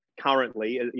currently